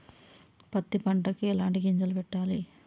పత్తి పంటకి ఎలాంటి గింజలు పెట్టాలి?